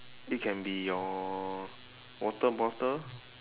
it can be your water bottle